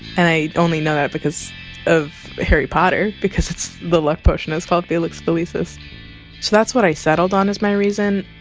and i only know that because of harry potter, because the luck potion is called felix felices that's what i settled on as my reason.